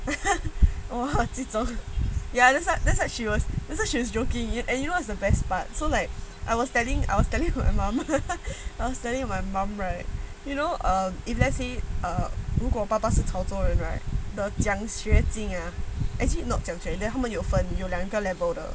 oh 这种 ya that's what that's what she was she's joking and you know what's the best part so like I was telling I was telling to my mum that you know um if let's say etr~ 如果爸爸是潮州人 right 的奖学金 actually not 奖学金 then 他们有分有两个 level 的